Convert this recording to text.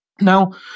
Now